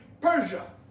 Persia